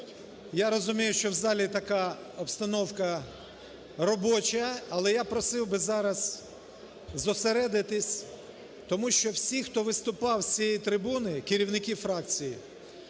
Я розумію, що в залі така обстановка, робоча. Але я просив би зараз зосередитись тому що всі, хто вступав з цієї трибуни, керівники фракцій,